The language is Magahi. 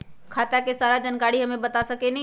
खाता के सारा जानकारी हमे बता सकेनी?